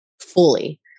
fully